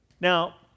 Now